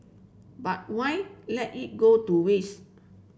but why let it go to waste